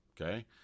Okay